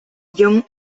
john